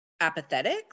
apathetic